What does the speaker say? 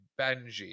Benji